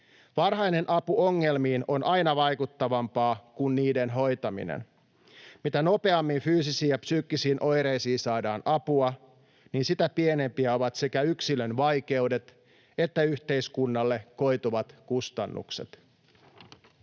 Varhainen apu ongelmiin on aina vaikuttavampaa kuin niiden hoitaminen. Mitä nopeammin fyysisiin ja psyykkisiin oireisiin saadaan apua, sitä pienempiä ovat sekä yksilön vaikeudet että yhteiskunnalle koituvat kustannukset.